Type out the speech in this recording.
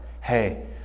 Hey